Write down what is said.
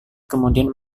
kemudian